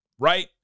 right